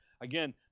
Again